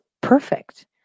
perfect